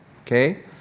okay